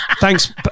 Thanks